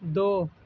دو